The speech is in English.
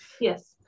Yes